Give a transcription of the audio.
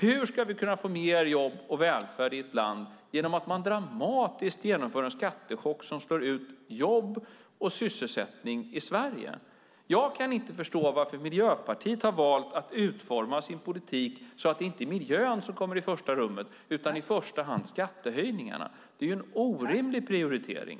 Hur ska vi kunna få nya jobb och välfärd i ett land genom att dramatiskt genomföra en skattechock som slår ut jobb och sysselsättning i Sverige? Jag kan inte förstå varför Miljöpartiet har valt att utforma sin politik så att det inte är miljön som kommer i första rummet utan skattehöjningarna. Det är en orimlig prioritering.